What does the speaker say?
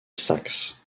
saxe